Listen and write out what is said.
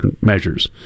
measures